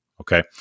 Okay